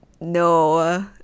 no